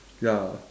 ya